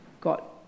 got